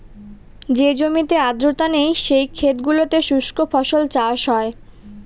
যে জমিতে আর্দ্রতা নেই, সেই ক্ষেত গুলোতে শুস্ক ফসল চাষ হয়